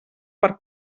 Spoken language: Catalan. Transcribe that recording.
per